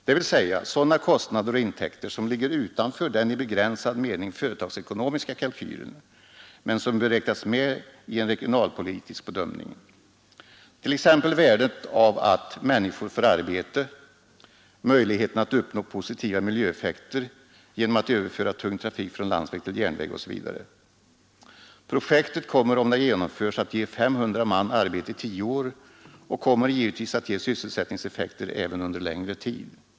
Det gäller sådana kostnader och intäkter som ligger utanför den i begränsad mening företagsekonomiska kalkylen men som bör räknas med i en regionalpolitisk bedömning, t.ex. värdet av att människor får arbete, möjligheten att uppnå positiva miljöeffekter genom att överföra tung trafik från landsväg till järnväg osv. Projektet kommer, om det genomförs, att ge 500 man arbete i 10 år och kommer givetvis att ge sysselsättningseffekter även under längre tid.